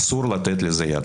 אסור לתת לזה יד.